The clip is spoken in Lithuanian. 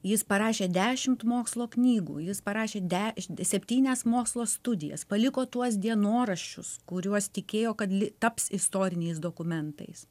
jis parašė dešimt mokslo knygų jis parašė de septynias mokslo studijas paliko tuos dienoraščius kuriuos tikėjo kad li taps istoriniais dokumentais